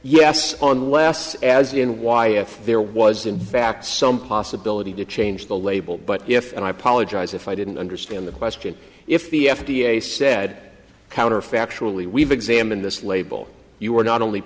yes on west as in why if there was in fact some possibility to change the label but if and i apologize if i didn't understand the question if the f d a said counter factual we we've examined this label you were not only